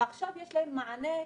ועכשיו יש להם מענה כספי,